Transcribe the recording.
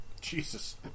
Jesus